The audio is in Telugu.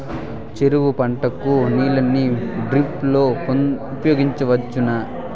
చెరుకు పంట కు నీళ్ళని డ్రిప్ లో ఉపయోగించువచ్చునా?